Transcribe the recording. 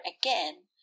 again